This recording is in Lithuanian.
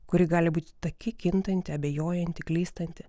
kuri gali būti taki kintanti abejojanti klystanti